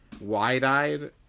wide-eyed